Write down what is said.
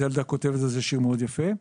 זלדה כותבת על זה שיר מאוד יפה,